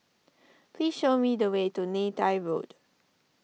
please show me the way to Neythai Road